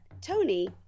Tony